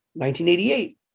1988